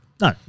no